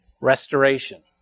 restoration